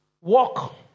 Walk